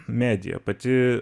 medija pati